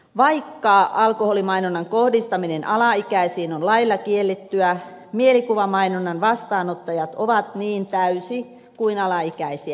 vaikka alkoholimainonnan kohdistaminen alaikäisiin on lailla kiellettyä mielikuvamainonnan vastaanottajat ovat niin täysi kuin alaikäisiäkin